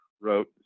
wrote